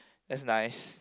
that's nice